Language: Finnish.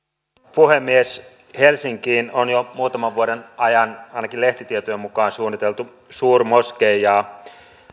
puhemies helsinkiin on jo muutaman vuoden ajan ainakin lehtitietojen mukaan suunniteltu suurmoskeijaa